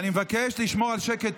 אני מבקש לשמור על שקט,